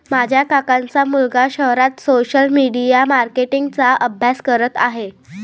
माझ्या काकांचा मुलगा शहरात सोशल मीडिया मार्केटिंग चा अभ्यास करत आहे